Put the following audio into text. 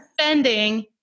spending